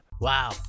Wow